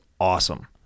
awesome